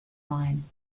line